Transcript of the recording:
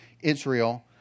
Israel